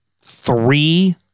three